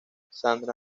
sandra